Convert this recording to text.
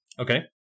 Okay